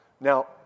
Now